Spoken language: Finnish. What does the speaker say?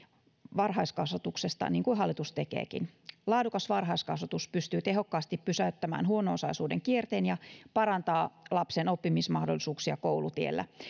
varhaiskasvatuksesta niin kuin hallitus tekeekin laadukas varhaiskasvatus pystyy tehokkaasti pysäyttämään huono osaisuuden kierteen ja parantaa lapsen oppimismahdollisuuksia koulutiellä